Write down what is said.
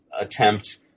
attempt